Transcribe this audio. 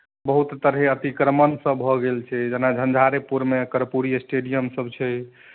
बहुत तरहे अतिक्रमणसभ भऽ गेल छै जेना झञ्झारेपुरमे कर्पूरी स्टेडियमसभ छै